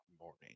morning